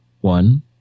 one